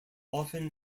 often